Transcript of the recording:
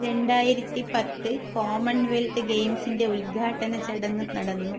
രണ്ടായിരത്തി പത്ത് കോമൺവെൽത്ത് ഗെയിംസിൻ്റെ ഉദ്ഘാടന ചടങ്ങ് നടന്നു